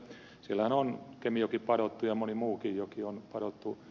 siellähän on kemijoki padot ja moni muukin joki on padottu